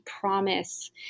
promise